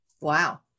Wow